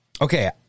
Okay